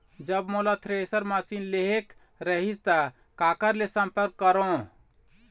जब मोला thresher machine लेहेक रही ता काकर ले संपर्क करों?